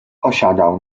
osiadał